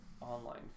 online